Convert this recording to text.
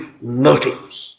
motives